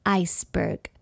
iceberg，